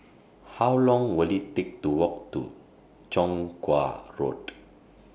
How Long Will IT Take to Walk to Chong Kuo Road